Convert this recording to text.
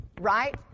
Right